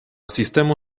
sistemo